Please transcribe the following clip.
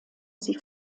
sie